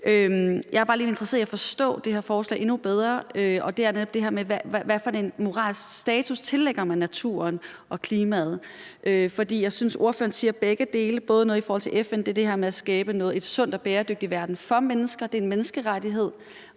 Jeg er bare lidt interesseret i at forstå det her forslag endnu bedre. Det handler om det her med, hvad det er for en moralsk status, man tillægger naturen og klimaet. For jeg synes, at ordføreren taler om begge dele. Ordføreren siger noget om FN, altså det her med at skabe en sund og bæredygtig verden for mennesker – det er en menneskerettighed